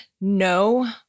no